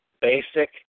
basic